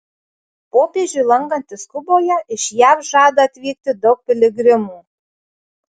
popiežiui lankantis kuboje iš jav žada atvykti daug piligrimų